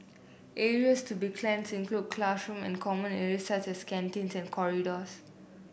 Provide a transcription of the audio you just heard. areas to be cleans include classroom and common areas such as canteen and corridors